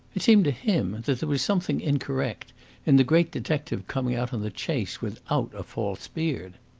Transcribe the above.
it seemed to him that there was something incorrect in the great detective coming out on the chase without a false beard.